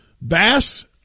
Bass